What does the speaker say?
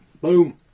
Boom